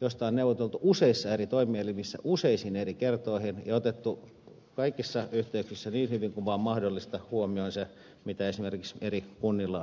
josta on neuvoteltu useissa eri toimielimissä useisiin eri kertoihin ja on otettu kaikissa yhteyksissä niin hyvin kuin vaan mahdollista huomioon se mitä esimerkiksi eri kunnilla on sanottavana